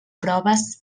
proves